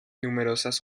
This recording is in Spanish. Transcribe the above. numerosas